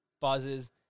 buzzes